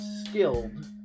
skilled